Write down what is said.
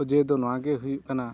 ᱚᱡᱮᱫᱚ ᱱᱚᱣᱟᱜᱮ ᱦᱩᱭᱩᱜ ᱠᱟᱱᱟ